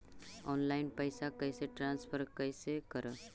Online पैसा कैसे transfer कैसे कर?